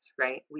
right